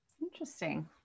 Interesting